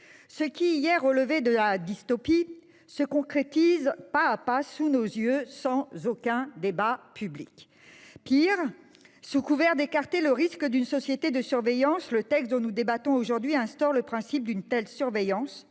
Ce qui, hier, relevait de la dystopie se concrétise pas à pas, sous nos yeux, sans aucun débat public. Pire, sous couvert d'écarter le risque d'une société de surveillance, le texte dont nous débattons aujourd'hui tend à instaurer le principe d'une telle surveillance,